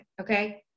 okay